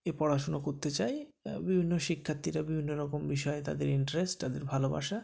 এ পড়াশুনো করতে চায় বিভিন্ন শিক্ষার্থীরা বিভিন্ন রকম বিষয়ে তাদের ইন্টারেস্ট তাদের ভালোবাসা